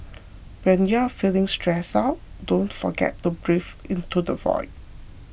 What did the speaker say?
when you are feeling stressed out don't forget to breathe into the void